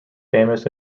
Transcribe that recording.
famous